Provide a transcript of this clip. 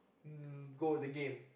um go the game